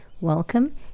welcome